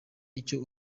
icyo